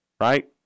right